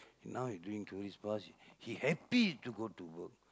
now he doing tourist because he happy to go to work